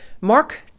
Mark